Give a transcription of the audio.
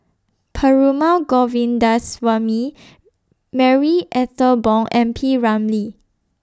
Perumal Govindaswamy Marie Ethel Bong and P Ramlee